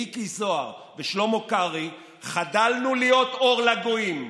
מיקי זוהר ושלמה קרעי חדלנו להיות אור לגויים,